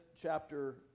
chapter